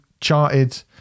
charted